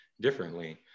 differently